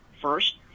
first